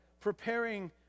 preparing